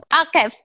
Okay